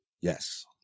Yes